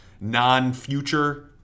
non-future